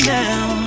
now